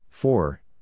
Four